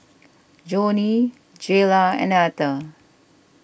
Johnny Jayla and Etter